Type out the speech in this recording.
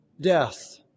death